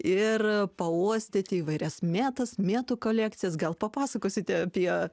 ir pauostyti įvairias mėtas mėtų kolekcijas gal papasakosite apie